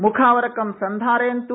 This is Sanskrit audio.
म्खावरकं सन्धारयन्त्